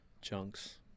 Chunks